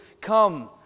come